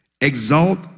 exalt